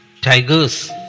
tigers